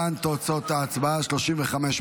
רון כץ, לפרוטוקול